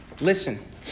Listen